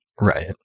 Right